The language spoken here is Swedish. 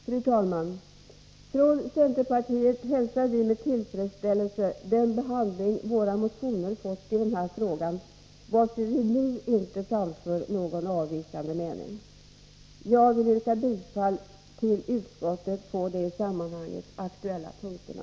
Fru talman! Från centerpartiet hälsar vi med tillfredsställelse den behandling våra motioner fått i den här frågan, varför vi nu inte framför någon avvikande mening. Jag yrkar bifall till utskottets hemställan i betänkande 12 på de i sammanhanget aktuella punkterna.